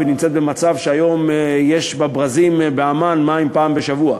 ירדן נמצאת היום במצב שבברזים בעמאן יש מים פעם בשבוע.